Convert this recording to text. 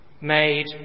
made